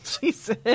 Jesus